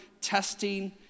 testing